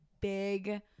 big